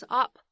up